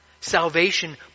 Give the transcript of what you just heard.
Salvation